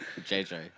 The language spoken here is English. JJ